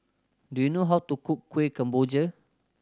do you know how to cook Kuih Kemboja